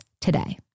today